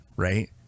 Right